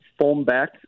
foam-back